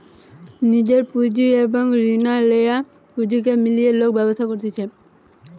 নিজের পুঁজি এবং রিনা লেয়া পুঁজিকে মিলিয়ে লোক ব্যবসা করতিছে